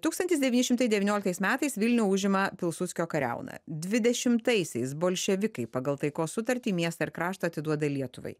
tūkstantis devyni šimtai devynioliktais metais vilnių užima pilsudskio kariauna dvidešimtaisiais bolševikai pagal taikos sutartį miestą ir kraštą atiduoda lietuvai